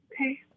okay